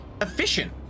efficient